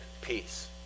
peace